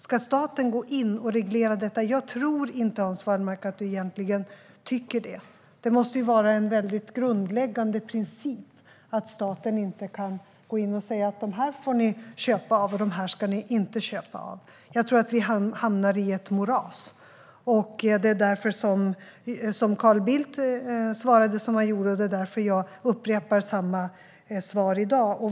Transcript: Ska staten gå in och reglera detta? Jag tror inte, Hans Wallmark, att du egentligen tycker det. Det måste vara en grundläggande princip att staten inte kan gå in och säga: De här får ni köpa av, och de här ska ni inte köpa av. Jag tror att vi då hamnar i ett moras. Det är därför som Carl Bildt svarade som han gjorde, och det är därför som jag upprepar samma svar i dag.